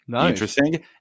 Interesting